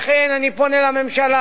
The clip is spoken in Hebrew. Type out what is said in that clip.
לכן אני פונה לממשלה: